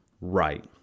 right